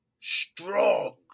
Strong